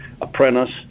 apprentice